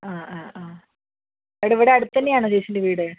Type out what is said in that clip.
ആ ആ ആ എവിടെ ഇവിടെ അടുത്തന്നെ ആണോ ചേച്ചീൻ്റെ വീട്